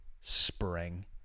spring